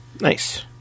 Nice